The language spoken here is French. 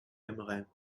aimerais